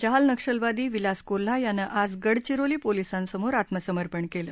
जहाल नक्षलवादी विलास कोल्हा यानं आज गडचिरोली पोलिसांसमोर आत्मसमर्पण केलं